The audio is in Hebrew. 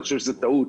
אני חושב שזאת טעות.